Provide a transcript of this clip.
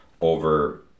over